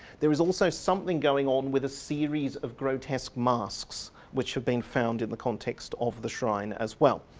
there is also something going on with a series of grotesque masks which have been found in the context of the shrine as well.